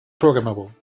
programmable